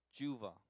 Juva